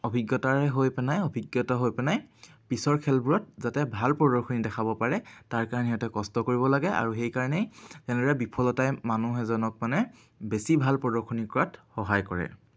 অভিজ্ঞতাৰে হৈ পেনে অভিজ্ঞতা হৈ পেনে পিছৰ খেলবোৰত যাতে ভাল প্ৰদৰ্শনী দেখাব পাৰে তাৰকাৰণে সিহঁতে কষ্ট কৰিব লাগে আৰু সেই কাৰণেই তেনেদৰে বিফলতাই মানুহ এজনক মানে বেছি ভাল প্ৰদৰ্শনী কৰাত সহায় কৰে